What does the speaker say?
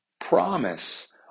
Promise